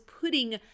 putting